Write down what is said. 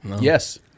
Yes